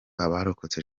abarokotse